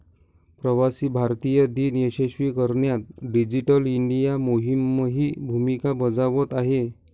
प्रवासी भारतीय दिन यशस्वी करण्यात डिजिटल इंडिया मोहीमही भूमिका बजावत आहे